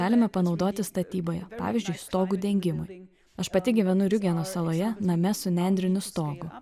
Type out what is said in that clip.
galime panaudoti statyboje pavyzdžiui stogo dengimą tai aš pati gyvenu riūgeno saloje name su nendriniu stogu